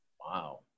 Wow